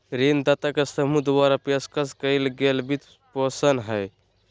ऋणदाता के समूह द्वारा पेशकश कइल गेल वित्तपोषण हइ